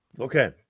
Okay